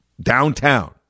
Downtown